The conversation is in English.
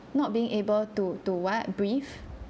not being able to to what breath